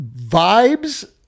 vibes